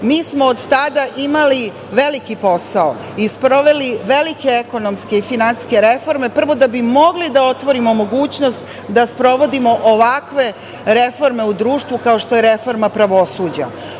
smo od tada imali veliki posao i sproveli velike ekonomske i finansijske reforme prvo da bi mogli da otvorimo mogućnost da sprovodimo ovakve reforme u društvu kao što je reforma pravosuđa.